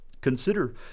Consider